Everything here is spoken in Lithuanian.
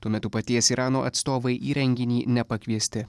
tuo metu paties irano atstovai į renginį nepakviesti